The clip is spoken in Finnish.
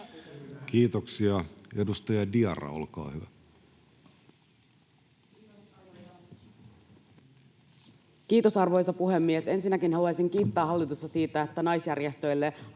Time: 14:31 Content: Kiitos, arvoisa puhemies! Ensinnäkin haluaisin kiittää hallitusta siitä, että naisjärjestöille